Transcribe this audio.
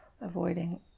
avoiding